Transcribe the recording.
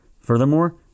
Furthermore